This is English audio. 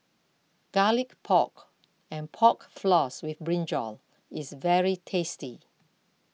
Garlic Pork and Pork Floss with Brinjal is very tasty